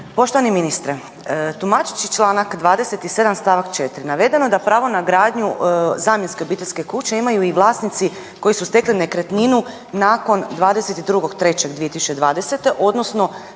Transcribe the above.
Poštovani ministre tumačeći Članak 27. stavak 4. navedeno je da pravo na gradnju zamjenske obiteljske kuće imaju i vlasnici koji su stekli nekretninu nakon 22.3.2020.